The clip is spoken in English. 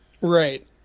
Right